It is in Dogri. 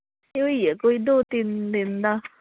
एह् होइया कोई दो तिन्न दिन दा